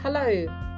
Hello